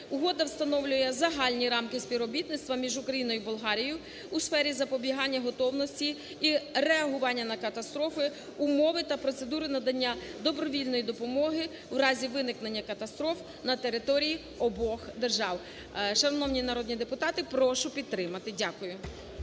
Угода встановлює загальні рамки співробітництва між Україною і Болгарією у сфері запобігання готовності і реагування на катастрофи, умови та процедури надання добровільної допомоги у разі виникнення катастроф на території обох держав. Шановні народні депутати, прошу підтримати. Дякую.